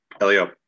Elio